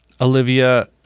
Olivia